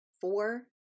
Four